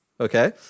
Okay